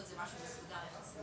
לא מסודרת ולא הכי בריאה,